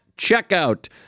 checkout